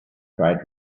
tried